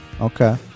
Okay